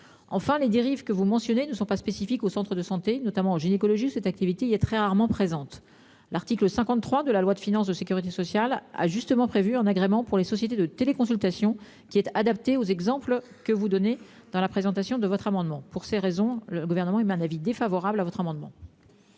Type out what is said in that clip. Enfin les dérives que vous mentionnez ne sont pas spécifiques au Centre de santé notamment en gynécologie cette activité, il est très rarement présente. L'article 53 de la loi de finances de Sécurité sociale a justement prévu en agrément pour les sociétés de téléconsultation qui est adapté aux exemples que vous donnez dans la présentation de votre amendement pour ces raisons, le Gouvernement émet un avis défavorable à votre amendement.